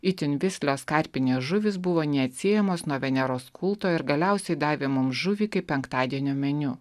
itin vislios karpinės žuvys buvo neatsiejamos nuo veneros kulto ir galiausiai davė mums žuvį kaip penktadienio meniu